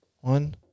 One